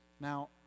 Now